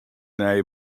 nije